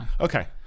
Okay